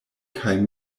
kaj